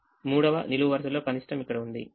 మూడవ నిలువు వరుసలో కనిష్టం ఇక్కడ ఉంది 0 1 7 మరియు 4